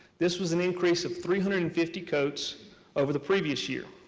this was an increase of three hundred and fifty coats over the previous year.